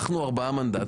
אנחנו 4 מנדטים,